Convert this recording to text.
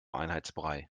einheitsbrei